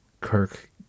Kirk